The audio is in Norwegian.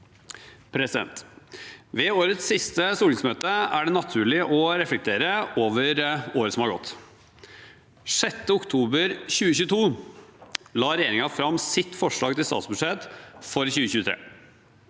lokaler. Ved årets siste stortingsmøte er det naturlig å reflektere over året som har gått. Den 6. oktober 2022 la regjeringen fram sitt forslag til statsbudsjett for 2023.